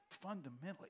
fundamentally